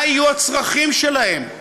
מה יהיו הצרכים שלהם?